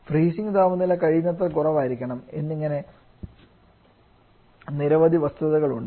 freezing താപനില കഴിയുന്നത്ര കുറവായിരിക്കണം എന്നിങ്ങനെ നിരവധി ചെറിയ വസ്തുതകൾ ഉണ്ട്